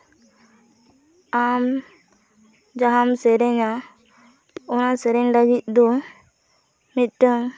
ᱟᱢ ᱡᱟᱦᱟᱢ ᱥᱮᱨᱮᱧᱟ ᱚᱱᱟ ᱥᱮᱨᱮᱧ ᱞᱟᱹᱜᱤᱫ ᱫᱚ ᱱᱤᱛᱳᱝ